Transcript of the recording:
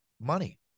money